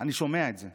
אני שומע את זה.